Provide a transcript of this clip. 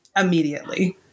immediately